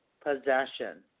possession